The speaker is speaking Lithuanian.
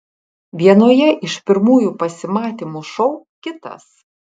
vienoje iš pirmųjų pasimatymų šou kitas